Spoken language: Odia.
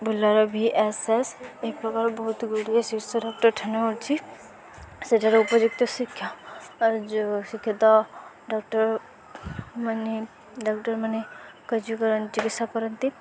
ବୁର୍ଲାରଭି ଏସ ଏସ୍ ଏହି ପ୍ରକାର ବହୁତ ଗୁଡ଼ିଏ ଶୀର୍ଷ ଡାକ୍ତରଖାନା ଅଛି ସେଠାରେ ଉପଯୁକ୍ତ ଶିକ୍ଷା ଆ ଯୋ ଶିକ୍ଷତ ଡକ୍ଟରମାନେ ଡକ୍ଟରମାନେ କାର୍ଯ୍ୟ କରନ୍ତି ଚିକିତ୍ସା କରନ୍ତି